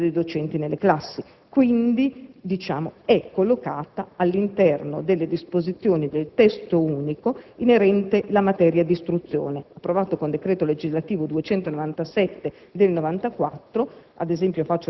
e all'assegnazione dei docenti nelle classi. Quindi, è posta all'interno delle disposizioni del Testo unico in materia di istruzione, approvato con decreto legislativo n. 297 del 1994.